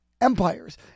Empires